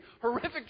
horrific